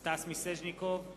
סטס מיסז'ניקוב,